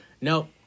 Nope